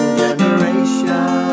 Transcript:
generation